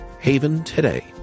Haventoday